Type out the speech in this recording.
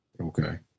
Okay